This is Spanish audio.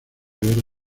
guerra